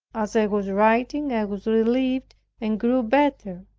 as i was writing i was relieved and grew better.